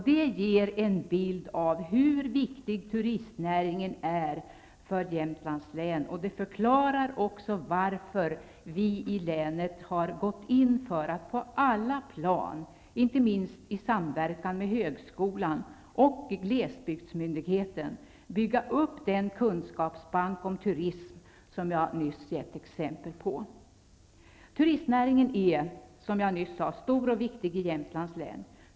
Det ger en bild av hur viktig turistnäringen är för Jämtlands län, och det förklarar också varför vi i länet har gått in för att på alla plan -- inte minst i samverkan med högskolan och glesbygdsmyndigheten -- bygga upp den kunskapsbank om turism som jag nyss gett exempel på. Turistnäringen är, som jag nyss sade, stor och viktig i Jämtlands län.